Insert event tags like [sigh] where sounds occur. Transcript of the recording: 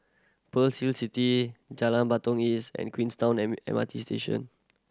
Pearl [unintelligible] City Jalan Batalong East and Queenstown [unintelligible] M R T Station